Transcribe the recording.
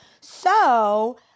So-